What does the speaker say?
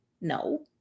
No